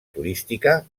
turística